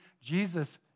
Jesus